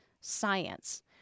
science